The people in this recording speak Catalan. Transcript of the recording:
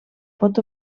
pot